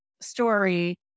story